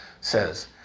says